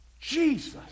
Jesus